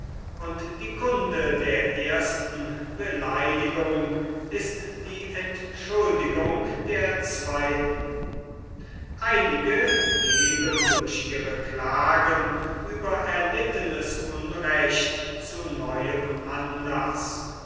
und die kunde der ersten beleidigung ist die entschuldigung der zweiten einige geben durch ihre klagen über erlittenes unrecht zu neuem anlaß